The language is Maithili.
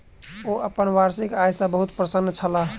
ओ अपन वार्षिक आय सॅ बहुत प्रसन्न छलाह